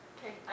Okay